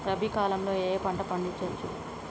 రబీ కాలంలో ఏ ఏ పంట పండించచ్చు?